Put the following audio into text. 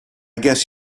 guess